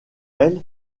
elle